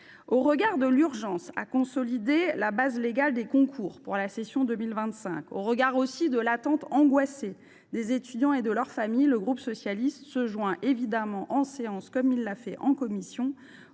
Au regard de l’urgence qu’il y a à consolider la base légale des concours pour la session 2025, au regard aussi de l’attente angoissée des étudiants et de leurs familles, le groupe socialiste se joint en séance, comme il l’a fait en commission,